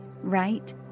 right